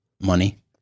money